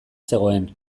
zegoen